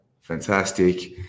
fantastic